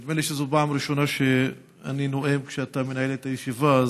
נדמה לי שזו הפעם הראשונה שאני נואם כשאתה מנהל את הישיבה,